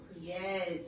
Yes